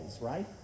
right